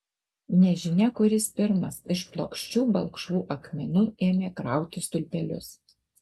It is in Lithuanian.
nežinia kuris pirmas iš plokščių balkšvų akmenų ėmė krauti stulpelius